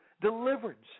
Deliverance